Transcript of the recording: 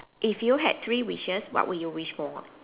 if you had three wishes what would you wish for